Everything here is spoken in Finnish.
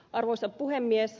arvoisa puhemies